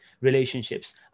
relationships